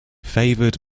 favoured